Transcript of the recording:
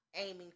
aiming